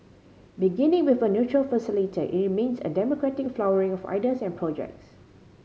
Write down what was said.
beginning with a neutral it remains a democratic flowering of ideas and projects